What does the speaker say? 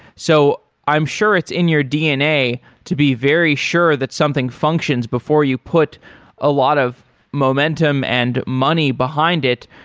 so i'm sure it's in your dna to be very sure that something functions before you put a lot of momentum and money behind it.